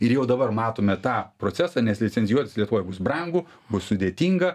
ir jau dabar matome tą procesą nes licenzijuotis lietuvoj bus brangu bus sudėtinga